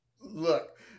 Look